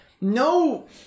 no